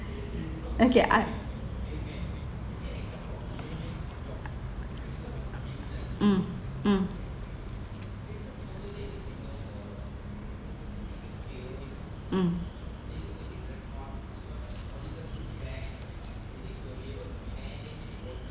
okay I mm mm mm